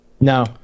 No